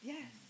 Yes